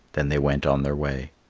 then they went on their way.